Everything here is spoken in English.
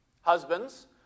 Husbands